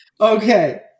Okay